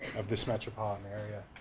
of this metropolitan area.